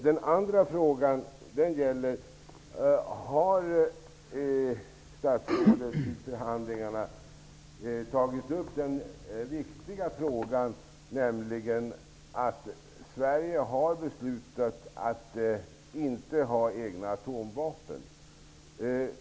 Min andra fråga är: Har statsrådet i förhandlingarna tagit upp den viktiga frågan, nämligen att Sverige beslutat att inte ha egna atomvapen?